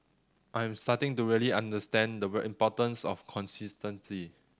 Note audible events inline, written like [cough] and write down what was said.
I am starting to really understand the [unintelligible] importance of consistency